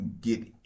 get